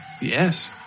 yes